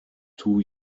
two